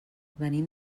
venim